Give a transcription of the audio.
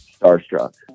starstruck